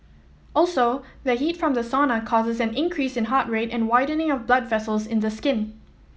also the heat from the sauna causes an increase in heart rate and widening of blood vessels in the skin